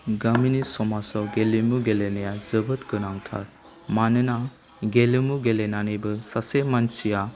गामिनि समाजाव गेलेमु गेलेनाया जोबोद गोनांथार मानोना गेलेमु गेलेनानैबो सासे मानसिया